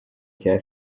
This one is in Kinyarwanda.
cya